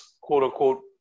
quote-unquote